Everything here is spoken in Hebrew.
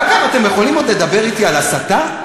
ואגב, אתם יכולים עוד לדבר אתי על הסתה?